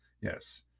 yes